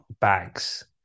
bags